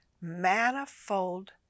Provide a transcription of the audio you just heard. manifold